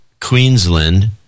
Queensland